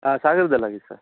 ಹಾಂ ಸಾಗರ್ದಲ್ಲಿ ಆಗಿದ್ದು ಸರ್